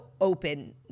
open